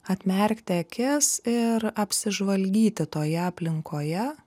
atmerkti akis ir apsižvalgyti toje aplinkoje